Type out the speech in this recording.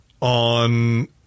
on